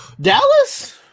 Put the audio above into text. Dallas